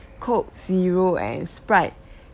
coke zero and sprite